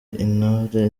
intore